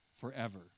forever